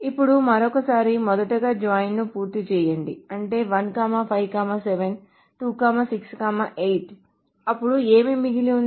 ఇప్పుడు మరోసారి మొదటగా జాయిన్ ను పూర్తి చేయండి అంటే 1 5 7 2 6 8 అప్పుడు ఏమి మిగిలి ఉంది